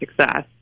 success